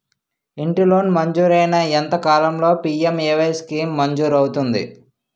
ఇంటి లోన్ మంజూరైన ఎంత కాలంలో పి.ఎం.ఎ.వై స్కీమ్ మంజూరు అవుతుంది?